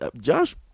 Josh